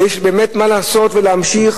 יש באמת מה לעשות ולהמשיך,